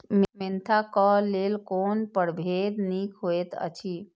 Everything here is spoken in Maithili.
मेंथा क लेल कोन परभेद निक होयत अछि?